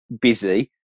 busy